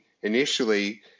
initially